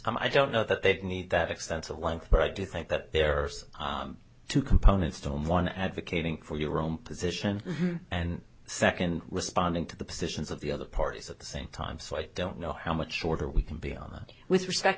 words i don't know that they need that extensive length but i do think that there are two components don't one advocating for your own position and second responding to the positions of the other parties at the same time so i don't know how much shorter we can be on that with respect